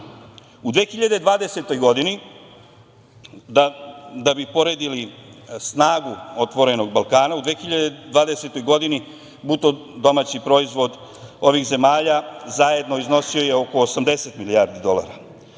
U 2020. godini, da bi poredili snagu „Otvorenog Balkana“ u 2020. godini, bruto domaći proizvod ovih zemalja zajedno iznosio je oko 80 milijardi dolara,